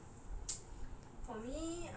good looks or a fit body